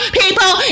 people